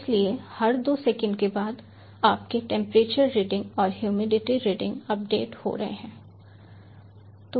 इसलिए हर दो सेकंड के बाद आपके टेंपरेचर रीडिंग और ह्यूमिडिटी रीडिंग अपडेट हो रहे हैं